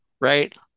right